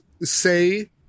say